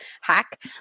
hack